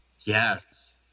Yes